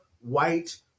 white